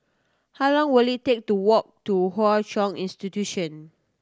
how long will it take to walk to Hwa Chong Institution